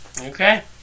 Okay